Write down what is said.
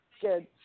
Good